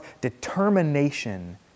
determination